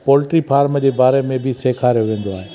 poultry farm जे बारे में बि सेखारियो वेंदो आहे